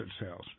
sales